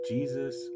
Jesus